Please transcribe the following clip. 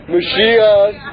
Mashiach